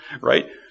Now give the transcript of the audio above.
right